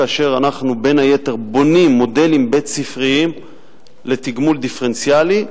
כאשר אנחנו בין היתר בונים מודלים בית-ספריים לתגמול דיפרנציאלי,